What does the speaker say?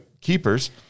keepers